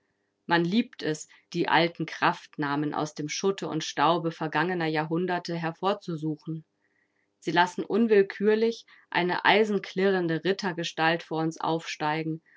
man liebt es die alten kraftnamen aus dem schutte und staube vergangener jahrhunderte hervorzusuchen sie lassen unwillkürlich eine eisenklirrende rittergestalt vor uns aufsteigen